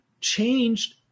changed